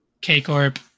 K-Corp